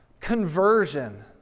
Conversion